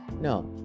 no